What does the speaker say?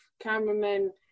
cameramen